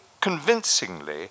convincingly